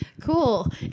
Cool